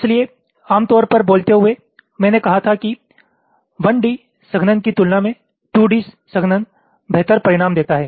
इसलिए आम तौर पर बोलते हुए मैंने कहा था कि 1D संघनन की तुलना में 2D संघनन बेहतर परिणाम देता है